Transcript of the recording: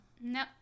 No